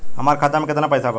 हमार खाता में केतना पैसा बा?